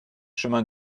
chemin